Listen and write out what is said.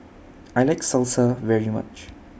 I like Salsa very much